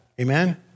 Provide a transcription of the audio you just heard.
Amen